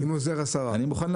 הוא עם עוזר השרה.